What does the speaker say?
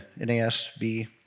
NASB